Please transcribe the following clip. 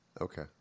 okay